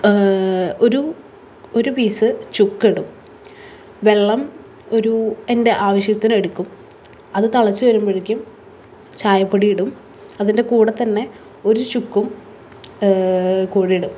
ഒരു ഒരു പീസ് ചുക്കിടും വെള്ളം ഒരു എൻ്റെ ആവശ്യത്തിന് എടുക്കും അത് തിളച്ച് വരുമ്പോഴെക്കും ചായപ്പൊടി ഇടും അതിൻ്റെ കൂടെ തന്നെ ഒരു ചുക്കും കൂടെ ഇടും